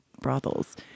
brothels